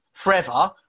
Forever